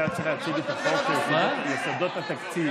אתה צריך להציג את חוק יסודות התקציב.